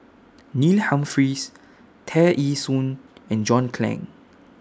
Neil Humphreys Tear Ee Soon and John Clang